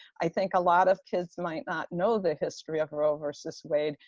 i think a lot of kids might not know the history of roe versus wade.